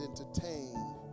entertain